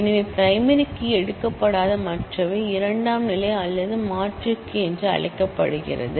எனவே primary key அல்லாத மற்றவை செக்கண்டரி அல்லது ஆல்டெர்னட்கீ என்று அழைக்கப்படுகிறது